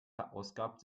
verausgabt